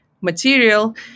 material